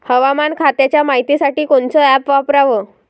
हवामान खात्याच्या मायतीसाठी कोनचं ॲप वापराव?